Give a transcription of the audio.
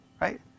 Right